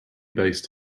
based